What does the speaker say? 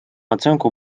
оценку